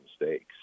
mistakes